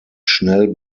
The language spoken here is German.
schnell